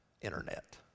internet